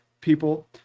people